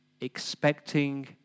expecting